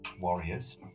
warriors